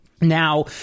Now